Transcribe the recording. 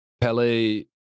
Pele